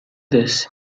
this